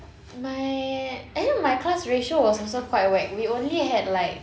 my I know my class ratio was also quite whack we only had like